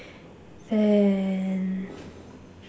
then